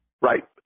Right